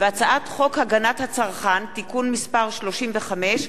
הצעת חוק הגנת הצרכן (תיקון מס' 35),